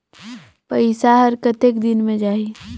पइसा हर कतेक दिन मे जाही?